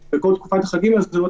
גור, חשוב לחדד את זה.